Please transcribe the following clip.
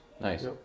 Nice